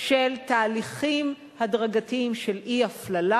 של תהליכים הדרגתיים של אי-הפללה,